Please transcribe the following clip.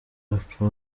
apfa